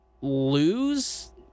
lose